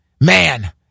Man